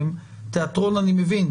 תיאטרון, אני מבין.